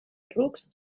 rucs